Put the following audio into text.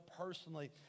personally